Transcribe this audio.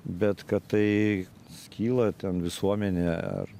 bet kad tai skyla ten visuomenė ar